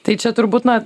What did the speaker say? tai čia turbūt na